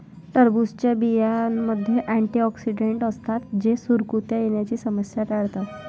टरबूजच्या बियांमध्ये अँटिऑक्सिडेंट असतात जे सुरकुत्या येण्याची समस्या टाळतात